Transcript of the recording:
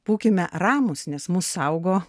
būkime ramūs nes mus saugo